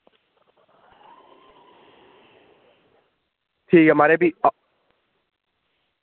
ठीक ऐ महाराज फ्ही आ